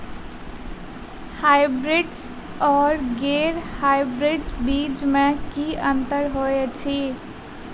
Hybrids आ गैर hybrids बीज म की अंतर होइ अछि?